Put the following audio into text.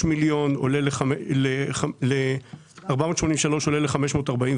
החוסים, המטופלים והאוכלוסיות שלנו לקהילה.